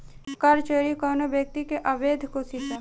कर चोरी कवनो व्यक्ति के अवैध कोशिस ह